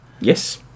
Yes